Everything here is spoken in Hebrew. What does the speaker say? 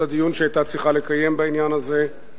את הדיון שהיתה צריכה לקיים בעניין הזה.